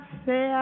say